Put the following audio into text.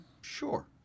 sure